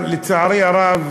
לצערי הרב,